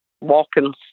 walking